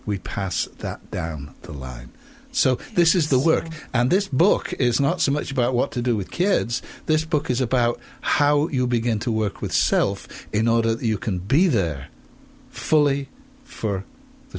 we pass that down the line so this is the work and this book is not so much about what to do with kids this book is about how you begin to work with self in order you can be there fully for the